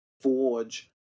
forge